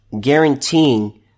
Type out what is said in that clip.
guaranteeing